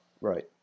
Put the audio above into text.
Right